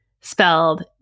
spelled